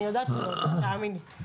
אני יודעת שהוא לא אשם, תאמין לי .